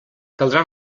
caldrà